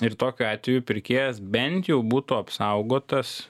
ir tokiu atveju pirkėjas bent jau būtų apsaugotas